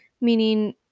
meaning